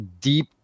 deep